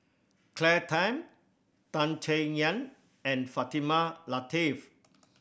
Claire Tham Tan Chay Yan and Fatimah Lateef